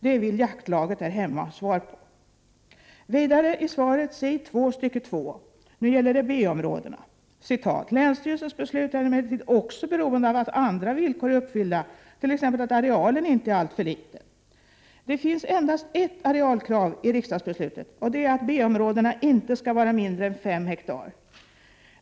Det vill jaktlaget där hemma ha svar på. I andra stycket på s. 2isvaret sägs om B-områdena: ”Länsstyrelsens beslut är emellertid också beroende av att andra villkor är uppfyllda, t.ex. att arealen inte är alltför liten.” Det finns endast ett arealkrav i riksdagsbeslutet, och det är att B-områdena inte skall vara mindre än 5 hektar.